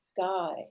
guy